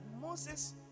Moses